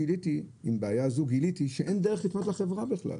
גיליתי שאין דרך לפנות לחברה בכלל,